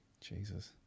Jesus